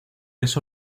eso